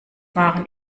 waren